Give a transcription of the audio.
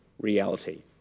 reality